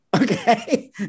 Okay